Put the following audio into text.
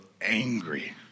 angry